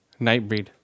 Nightbreed